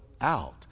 out